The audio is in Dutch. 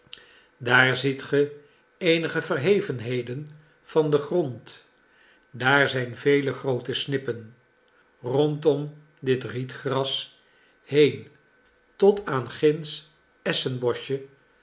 daar ziet ge eenige verhevenheden van den grond daar zijn vele groote snippen rondom dit rietgras heen tot aan